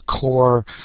core